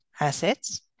assets